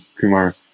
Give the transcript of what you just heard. Kumar